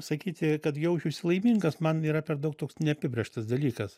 sakyti kad jausčiausi laimingas man yra per daug toks neapibrėžtas dalykas